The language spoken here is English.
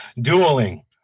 Dueling